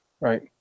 Right